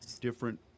different